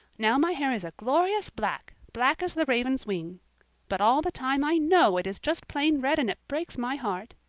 now my hair is a glorious black, black as the raven's wing but all the time i know it is just plain red and it breaks my heart.